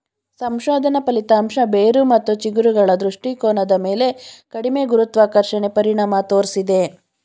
ಸಂಶೋಧನಾ ಫಲಿತಾಂಶ ಬೇರು ಮತ್ತು ಚಿಗುರುಗಳ ದೃಷ್ಟಿಕೋನದ ಮೇಲೆ ಕಡಿಮೆ ಗುರುತ್ವಾಕರ್ಷಣೆ ಪರಿಣಾಮ ತೋರ್ಸಿದೆ